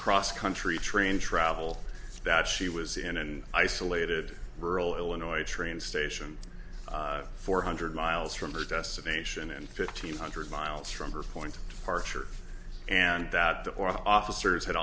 cross country train travel that she was in and isolated rural illinois train station four hundred miles from her destination and fifteen hundred miles from her point archer and that the officers had